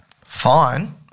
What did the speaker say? fine